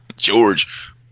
George